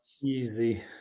easy